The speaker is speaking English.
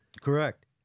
Correct